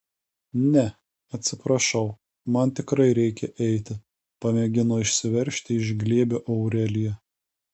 ne atsiprašau man tikrai reikia eiti pamėgino išsiveržti iš glėbio aurelija